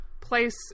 place